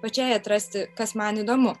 pačiai atrasti kas man įdomu